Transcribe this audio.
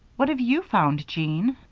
what have you found, jean?